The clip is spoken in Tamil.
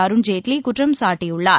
அருண்ஜேட்லிகுற்றம் சாட்டியுள்ளார்